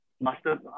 master